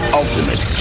ultimate